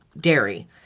dairy